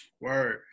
Word